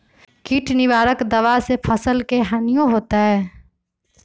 किट निवारक दावा से फसल के हानियों होतै?